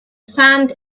sand